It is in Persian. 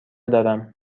دارم